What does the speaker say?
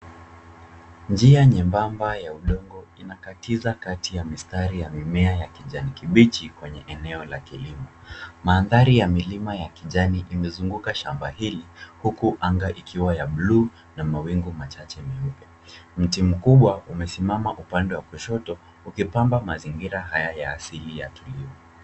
Njia nyembamba ya udongo inakatiza kati ya mistari ya mimea ya kijani kibichi kwenye eneo la kilimo. Mandhari ya milima ya kijani imezunguka shamba hili huku anga ikiwa ya bluu na mawingu machache meupe. Mti mkubwa umesimama upande wa kushoto ikipamba mazingira haya ya asili ya tulivu.